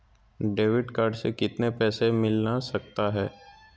Debit card से कितने पैसे मिलना सकता हैं?